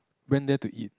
went there to eat